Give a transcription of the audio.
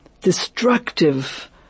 destructive